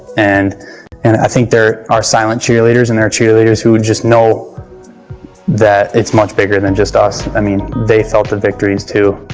and and i think they're our silent cheerleaders and our cheerleaders who and just know that it's much bigger than just us. i mean, they felt the victories too.